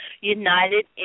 United